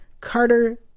Carter